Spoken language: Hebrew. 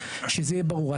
שזה יהיה ברור.